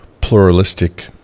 pluralistic